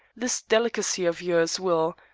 this delicacy of yours will,